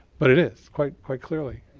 but it is quite quite clearly.